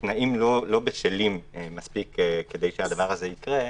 התנאים לא בשלים מספיק כדי שהדבר הזה יקרה.